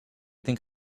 think